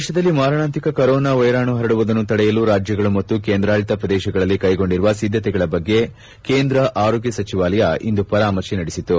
ದೇಶದಲ್ಲಿ ಮಾರಣಾಂತಿಕ ಕೊರೋನಾ ವೈರಾಣು ಪರಡುವುದನ್ನು ತಡೆಯಲು ರಾಜ್ಯಗಳು ಮತ್ತು ಕೇಂದ್ರಾಡಳಿತ ಪ್ರದೇಶಗಳಲ್ಲಿ ಕ್ಲೆಗೊಂಡಿರುವ ಸಿದ್ದತೆಗಳ ಬಗ್ಗೆ ಕೇಂದ್ರ ಆರೋಗ್ಗ ಸಚಿವಾಲಯ ಇಂದು ಪರಾಮರ್ಶೆ ನಡೆಸಿತು